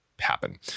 happen